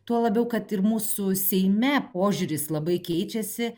tuo labiau kad ir mūsų seime požiūris labai keičiasi